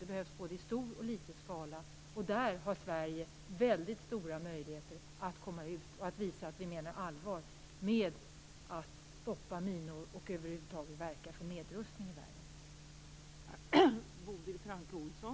De behövs i både stor och liten skala, och därvidlag har Sverige väldigt stora möjligheter att komma ut och att visa att vi menar allvar med att stoppa minor och över huvud taget verka för nedrustning i världen.